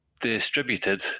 distributed